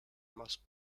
must